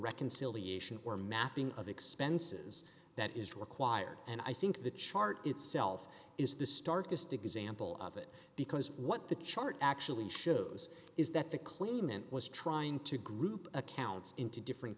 reconciliation or mapping of expenses that is required and i think the chart itself is the starkest example of it because what the chart actually shows is that the claimant was trying to group accounts into different